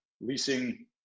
leasing